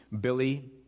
Billy